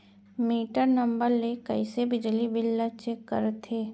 Metre number ले कइसे बिजली बिल ल चेक करथे?